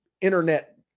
internet